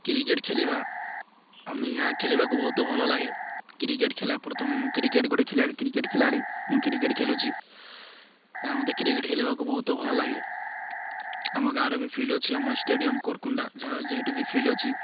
cricket ଖେଳିବା ଆମେ ଏହା ଖେଲିବାକୁ ବହୁତ ଭଲ ଲାଗେ କ୍ରିକେଟ୍ ଖେଳ ପ୍ରଥମେ ମୁଁ କ୍ରିକେଟ୍ ଗୋଟେ କ୍ରିକେଟ୍ ଖେଳାଳି ମୁଁ କ୍ରିକେଟ୍ ଖେଳୁଛି ଏହା ମତେ କ୍ରିକେଟ୍ ଖେଳିବାକୁ ବହୁତ ଭଲ ଲାଗେ ଆମ ଗାଁର ବି ଫିଲ୍ଡ ଅଛି ଆମ ଷ୍ଟାଡ଼ିୟମ୍ କୋରକୁଣ୍ଡା ଯାହା ଯେହେତୁ ବି ଫିଲ୍ଡ ଅଛି